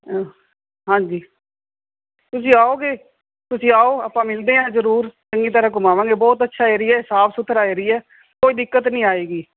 ਹਾਂਜੀ ਤੁਸੀਂ ਆਓਗੇ ਤੁਸੀਂ ਆਓ ਆਪਾਂ ਮਿਲਦੇ ਹੈ ਜ਼ਰੂਰ ਚੰਗੀ ਤਰ੍ਹਾਂ ਘੁਮਾਵਾਂਗੇ ਬਹੁਤ ਅੱਛਾ ਏਰੀਆ ਸਾਫ ਸੁਥਰਾ ਏਰੀਆ ਕੋਈ ਦਿੱਕਤ ਨਹੀਂ ਆਏਗੀ